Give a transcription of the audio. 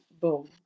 Boom